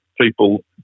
people